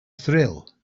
thrill